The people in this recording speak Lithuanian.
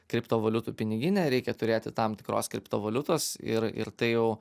kriptovaliutų piniginę reikia turėti tam tikros kriptovaliutos ir ir tai jau